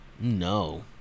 no